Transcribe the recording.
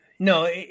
No